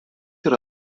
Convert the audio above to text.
yra